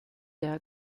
der